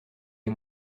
les